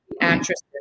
actresses